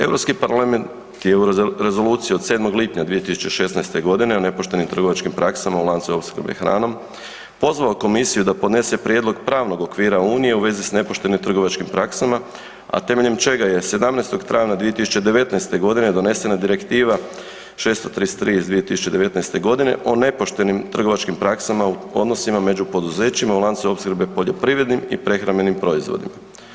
Europski parlament je u Rezoluciji od 7. lipnja 2016. g. o nepoštenim trgovačkim praksama u lancu opskrbe hranom pozvao komisiju da podnese prijedlog pravnog okvira Unije u vezi s nepoštenim trgovačkim praksama a temeljem čega je 17. travnja 2019. g. donesena Direktiva 633 iz 2019. g. o nepoštenim trgovačkim praksama u odnosima među poduzećima u lancu opskrbe poljoprivrednim i prehrambenim proizvodima.